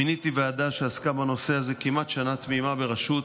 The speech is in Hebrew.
מיניתי ועדה שעסקה בנושא הזה כמעט שנה תמימה בראשות